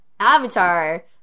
Avatar